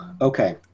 okay